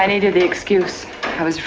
i needed the excuse i was